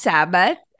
Sabbath